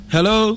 Hello